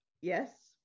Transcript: yes